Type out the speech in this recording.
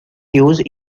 use